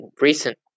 recent